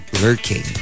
lurking